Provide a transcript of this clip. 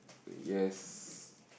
yes